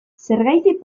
zergatik